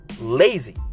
lazy